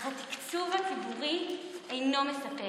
אך התקצוב הציבורי אינו מספק,